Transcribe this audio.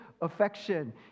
affection